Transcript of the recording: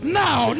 now